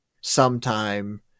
sometime